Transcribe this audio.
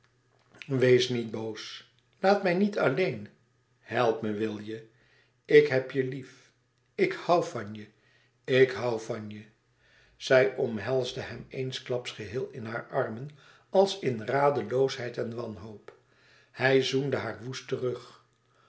wees niet boos laat mij niet alleen help mij wil je ik heb je lief ik hoû van je ik hoû van je zij omhelsde hem eensklaps geheel in haar arm als in radeloosheid en wanhoop hij zoende haar woest terug